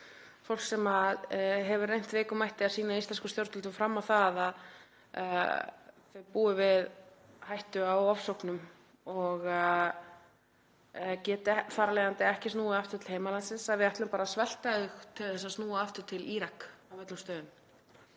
Fólk sem hefur reynt af veikum mætti að sýna íslenskum stjórnvöldum fram á að það búi við hættu á ofsóknum og geti þar af leiðandi ekki snúið aftur til heimalandsins — ætlum við bara að svelta það til að snúa aftur til Íraks, af öllum stöðum.